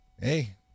hey